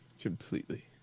completely